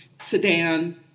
sedan